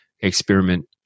experiment